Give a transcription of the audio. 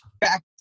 back